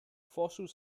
fossils